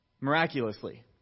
miraculously